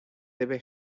debe